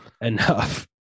enough